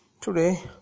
Today